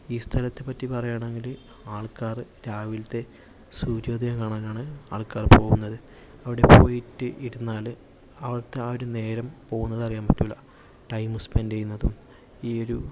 ഈ സ്ഥലത്തെപ്പറ്റി പറയുവാണെങ്കിൽ ആൾക്കാര് രാവിലത്തെ സൂര്യോദയം കാണാനാണ് ആൾക്കാര് പോകുന്നത് അവിടെ പോയിട്ട് ഇരുന്നാല് അവിടത്തെ ആ ഒരു നേരം പോകുന്നത് അറിയാൻ പറ്റില്ല ടൈമു സ്പെൻഡ് ചെയ്യുന്നതും ഈ ഒരു